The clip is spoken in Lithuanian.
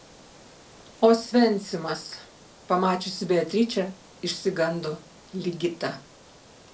osvencimas pamačiusi beatričę išsigando ligita